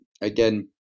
again